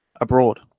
abroad